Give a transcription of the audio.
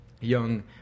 young